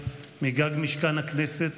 מגג משכן הכנסת,